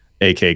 AK